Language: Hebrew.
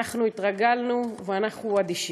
התרגלנו ואנחנו אדישים.